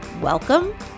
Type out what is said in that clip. Welcome